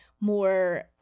more